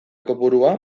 kopurua